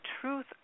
truth